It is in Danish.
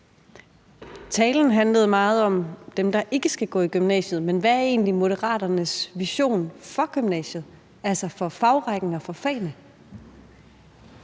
Talen handlede meget om dem, der ikke skal gå i gymnasiet, men hvad er egentlig Moderaternes vision for gymnasiet, altså for fagrækken og for fagene?